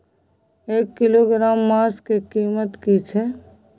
एक किलोग्राम मांस के कीमत की छै?